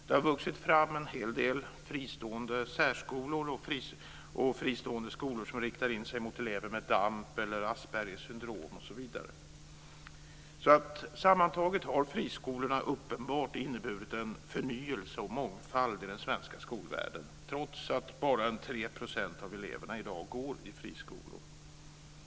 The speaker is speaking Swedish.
Det har vuxit fram en hel del fristående särskolor och fristående skolor som riktar in sig på elever med Sammantaget har friskolorna uppenbart inneburit en förnyelse och mångfald i den svenska skolvärlden, trots att bara 3 % av eleverna i dag går i friskolor.